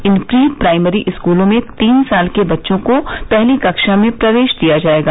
इन pre primary स्कूलों में तीन साल के बच्चों को पहली कक्षा में प्रवेश दिया जाएगा